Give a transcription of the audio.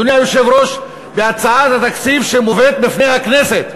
אדוני היושב-ראש, בהצעת התקציב שמובאת בפני הכנסת,